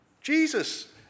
Jesus